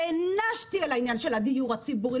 נענשתי על העניין הדיור הציבורי,